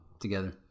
together